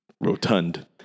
rotund